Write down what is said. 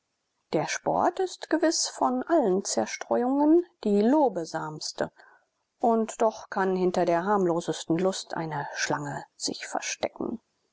der sport ist gewiß von allen zerstreuungen die lobesamste und doch kann hinter der harmlosesten lust eine schlange sich verstecken